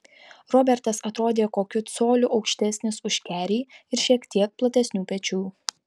robertas atrodė kokiu coliu aukštesnis už kerį ir šiek tiek platesnių pečių